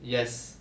yes